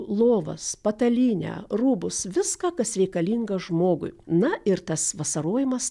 lovas patalynę rūbus viską kas reikalinga žmogui na ir tas vasarojimas